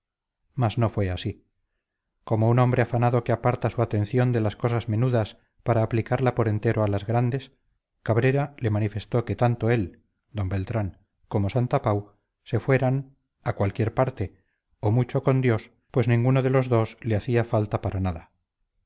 mas no fue así como un hombre afanado que aparta su atención de las cosas menudas para aplicarla por entero a las grandes cabrera le manifestó que tanto él d beltrán como santapau se fueran a cualquier parte o mucho con dios pues ninguno de los dos le hacía falta para nada